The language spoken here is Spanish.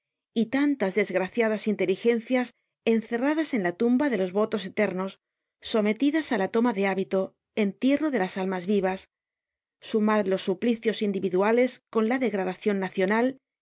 y tantas desgraciadas inteligencias encerradas en la tumba de los votos eternos sometidas ála toma de hábito entierro de las almas vivas sumad los suplicios individuales con la degradacion nacional